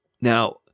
Now